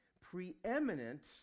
preeminent